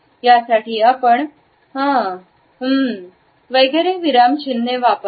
त्यासाठी आपण आ उम्म् वगैरे विरामचिन्हे वापरतो